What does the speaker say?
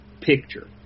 picture